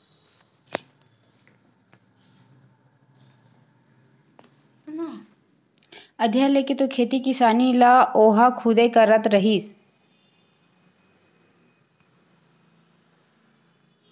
अधिया लेके तो खेती किसानी ल ओहा खुदे करत रहिस